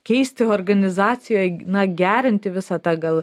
keisti organizacijoj na gerinti visą tą gal